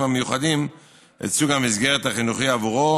המיוחדים את סוג המסגרת החינוכית עבורו,